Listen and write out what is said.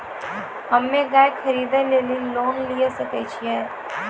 हम्मे गाय खरीदे लेली लोन लिये सकय छियै?